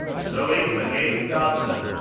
zoey legate dobson,